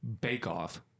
bake-off